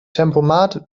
tempomat